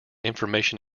information